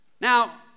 Now